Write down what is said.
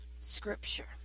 scripture